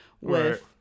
with-